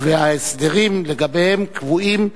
וההסדרים לגביהם קבועים.